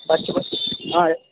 ಪಚ್ಚ ಬಾ ಹಾಂ